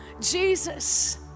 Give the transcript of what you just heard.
Jesus